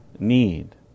Need